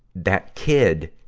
that kid